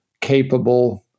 capable